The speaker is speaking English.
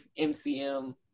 MCM